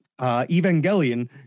Evangelion